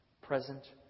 present